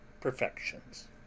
perfections